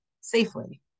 safely